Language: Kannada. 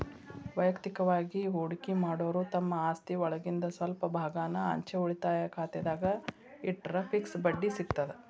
ವಯಕ್ತಿಕವಾಗಿ ಹೂಡಕಿ ಮಾಡೋರು ತಮ್ಮ ಆಸ್ತಿಒಳಗಿಂದ್ ಸ್ವಲ್ಪ ಭಾಗಾನ ಅಂಚೆ ಉಳಿತಾಯ ಖಾತೆದಾಗ ಇಟ್ಟರ ಫಿಕ್ಸ್ ಬಡ್ಡಿ ಸಿಗತದ